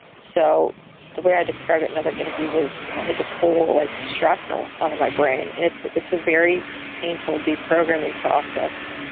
so the way i described it in other interview was i had to pull a shrapnel out of my brain. it's it's a very painful deprogramming process.